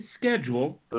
schedule